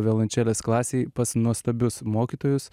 violončelės klasėj pas nuostabius mokytojus